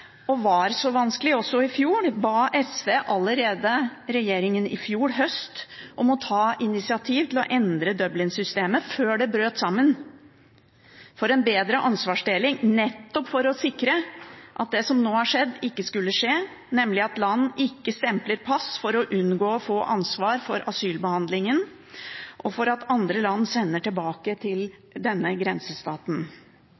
og var så vanskelig også i fjor – ba SV regjeringen allerede i fjor høst om å ta initiativ til å endre Dublin-systemet før det brøt sammen, for å få en bedre ansvarsdeling nettopp for å sikre at det som nå har skjedd, ikke skulle skje – nemlig at land ikke stempler pass – for å unngå å få ansvar for asylbehandlingen og for at andre land sender tilbake til denne grensestaten.